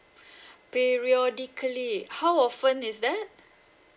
periodically how often is that